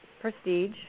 Prestige